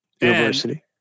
university